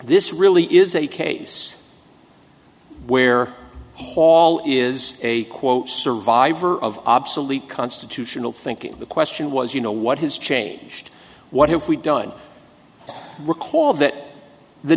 this really is a case where hall is a quote survivor of obsolete constitutional thinking the question was you know what has changed what have we done to recall that the